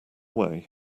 way